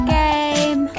game